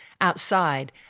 outside